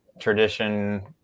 tradition